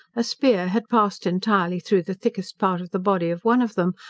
a spear had passed entirely through the thickest part of the body of one of them,